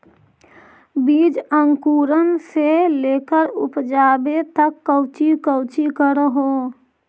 बीज अंकुरण से लेकर उपजाबे तक कौची कौची कर हो?